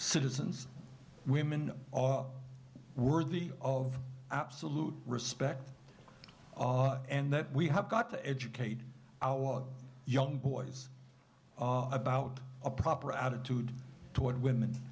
citizens women worthy of absolute respect and that we have got to educate our young boys about a proper attitude toward women